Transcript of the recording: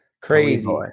Crazy